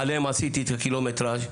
עליהם עשיתי את הקילומטראז',